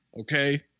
Okay